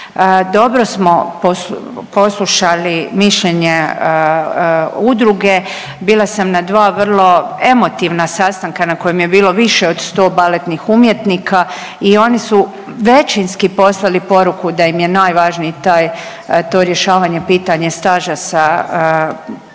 Dobro smo poslušali mišljenje udruge, bila sam na dva vrlo emotivna sastanka na kojem je bilo više od 100 baletnih umjetnika i oni su većinski poslali poruku da im je najvažniji taj, to rješavanje pitanja staža sa produljenim